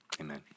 Amen